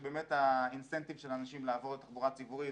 זה שבאמת האינסנטיב של אנשים לעבור לתחבורה ציבורית